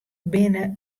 binne